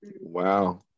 Wow